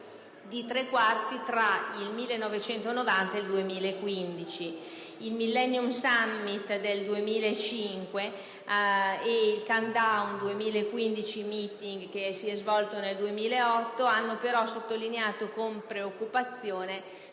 Il Millennium Summit del 2005 e il Countdown 2015 Meeting, che si è svolto nel 2008, hanno però sottolineato con preoccupazione